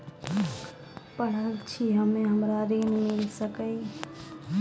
पढल छी हम्मे हमरा ऋण मिल सकई?